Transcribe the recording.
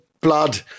blood